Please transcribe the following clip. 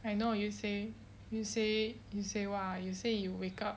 I know what you say you say you say what ah you say you wake up